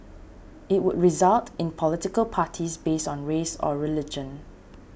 it would result in political parties based on race or religion